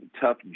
tough